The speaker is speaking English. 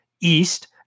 East